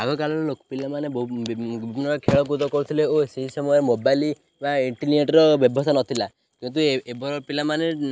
ଆଗକାଳର ଲୋକ ପିଲାମାନେ ବିଭିନ୍ନ ପ୍ରକାର ଖେଳକୁଦ କରୁଥିଲେ ଓ ସେହି ସମୟରେ ମୋବାଇଲ ବା ଇଣ୍ଟନେଟ୍ର ବ୍ୟବସ୍ଥା ନଥିଲା କିନ୍ତୁ ଏବେର ପିଲାମାନେ